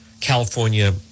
California